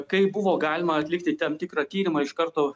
kai buvo galima atlikti tam tikrą tyrimą iš karto